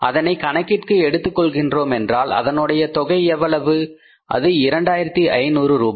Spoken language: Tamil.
அதனை கணக்கிற்கு எடுத்துக் கொள்கின்றோமென்றால் அதனுடைய தொகை எவ்வளவு அது 2500 ரூபாய்